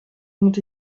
ont